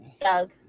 Doug